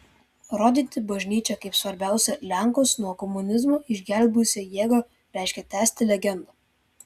rodyti bažnyčią kaip svarbiausią lenkus nuo komunizmo išgelbėjusią jėgą reiškia tęsti legendą